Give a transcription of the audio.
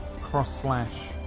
cross-slash